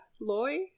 Loy